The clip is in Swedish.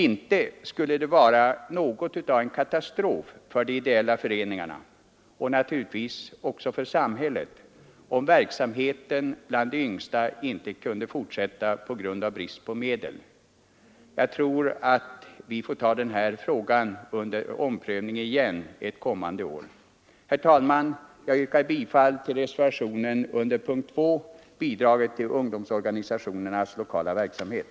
Det skulle vara något av en katastrof för de ideella föreningarna — och naturligtvis också för samhället — om verksamheten bland de yngsta inte kunde fortsätta på grund av brist på medel. Jag tror att vi får ta den här frågan under omprövning ett kommande år. Herr talman! Jag yrkar bifall till reservationen 1 vid punkten 2, Bidrag till ungdomsorganisationernas lokala verksamhet.